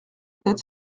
tête